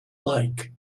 like